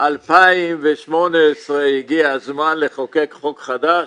2018 הגיע הזמן לחוקק חוק חדש?